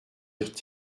eurent